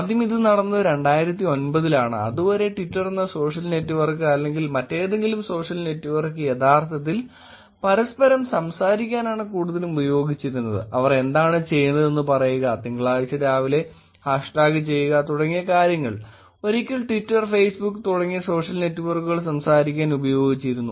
ആദ്യം ഇത് നടന്നത് 2009 ലാണ് അതുവരെ ട്വിറ്റർ എന്ന സോഷ്യൽ നെറ്റ്വർക്ക് അല്ലെങ്കിൽ മറ്റേതെങ്കിലും സോഷ്യൽ നെറ്റ്വർക്ക് യഥാർത്ഥത്തിൽ പരസ്പരം സംസാരിക്കാനാണ് കൂടുതലും ഉപയോഗിച്ചിരുന്നത് അവർ എന്താണ് ചെയ്യുന്നതെന്ന് പറയുക തിങ്കളാഴ്ച രാവിലെ ഹാഷ് ടാഗ് ചെയ്യുക തുടങ്ങിയ കാര്യങ്ങൾ ഒരിക്കൽ ട്വിറ്റർ ഫേസ്ബുക്ക് തുടങ്ങിയ സോഷ്യൽ നെറ്റ്വർക്കുകൾ സംസാരിക്കാൻ ഉപയോഗിച്ചിരുന്നു